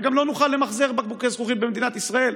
וגם לא נוכל למחזר בקבוקי זכוכית במדינת ישראל.